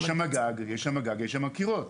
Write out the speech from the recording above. יש שם גג וקירות.